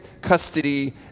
custody